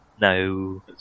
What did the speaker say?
No